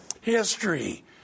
history